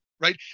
right